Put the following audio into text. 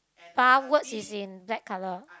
bar words is in black colour